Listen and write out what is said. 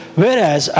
Whereas